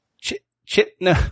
Chit-chit-no